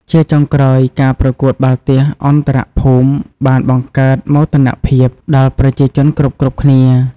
ជាចុងក្រោយ ការប្រកួតបាល់ទះអន្តរភូមិបាន បង្កើតមោទនភាព ដល់ប្រជាជនគ្រប់ៗគ្នា។